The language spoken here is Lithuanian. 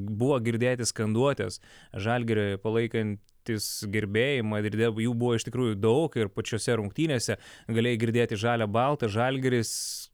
buvo girdėti skanduotės žalgirį palaikantys gerbėjai madride jų buvo iš tikrųjų daug ir pačiose rungtynėse galėjai girdėti žalia balta žalgiris